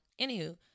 anywho